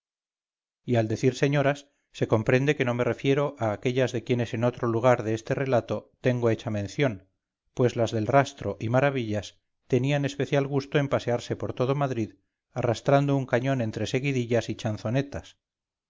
y al decir señoras se comprende que no me refiero a aquellas de quienes en otro lugar de este relato tengo hecha mención pues las del rastro y maravillas tenían especial gusto en pasearse por todo madrid arrastrando un cañón entre seguidillas y chanzonetas